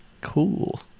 Cool